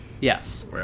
Yes